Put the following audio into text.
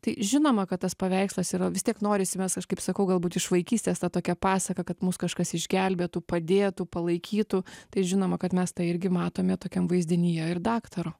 tai žinoma kad tas paveikslas yra vis tiek norisi mes kažkaip sakau galbūt iš vaikystės ta tokia pasaka kad mus kažkas išgelbėtų padėtų palaikytų tai žinoma kad mes tą irgi matome tokiam vaizdinyje ir daktaro